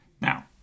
Now